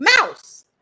Mouse